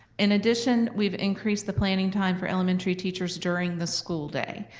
in addition, we've increased the planning time for elementary teachers during the school day,